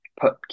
put